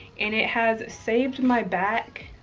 and it has saved my back.